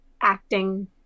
acting